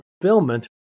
fulfillment